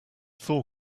thaw